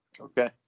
okay